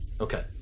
Okay